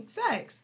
sex